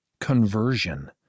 conversion